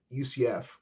UCF